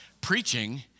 Preaching